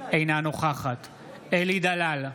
אינה נוכחת אלי דלל,